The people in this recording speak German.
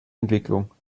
entwicklung